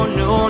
no